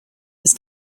his